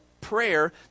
prayer